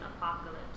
apocalypse